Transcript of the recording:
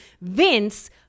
Vince